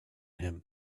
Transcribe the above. him